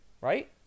Right